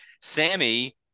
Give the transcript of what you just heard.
Sammy